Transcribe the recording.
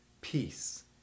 peace